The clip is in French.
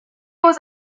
aux